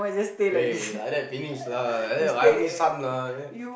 eh like that finish lah like that I only son lah